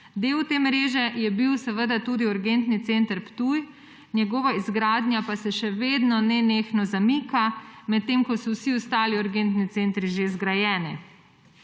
Del te mreže je bil seveda tudi urgentni center Ptuj, njegova izgradnja pa se še vedno nenehno zamika, medtem ko so vsi ostali urgentni centri že zgrajeni.